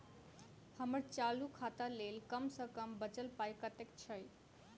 हम्मर चालू खाता लेल कम सँ कम बचल पाइ कतेक छै?